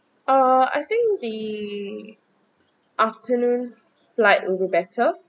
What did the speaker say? uh I think the afternoon's flight would be better